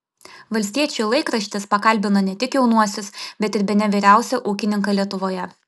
valstiečių laikraštis pakalbino ne tik jaunuosius bet ir bene vyriausią ūkininką lietuvoje